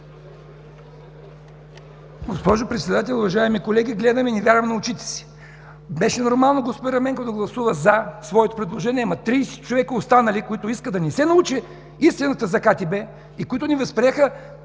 Госпожо Председател, уважаеми колеги! Гледам и не вярвам на очите си. Беше нормално господин Ерменков да гласува „за“ своето предложение, но 30 човека останали, които искат да не се научи истината за КТБ и които не възприеха